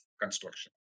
construction